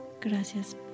Gracias